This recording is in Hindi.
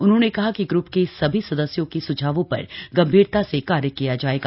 उन्होंने कहा कि ग्र्प के सभी सदस्यों के सुझावों पर गम्भीरता से कार्य किया जायेगा